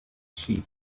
sheep